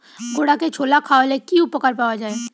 ঘোড়াকে ছোলা খাওয়ালে কি উপকার পাওয়া যায়?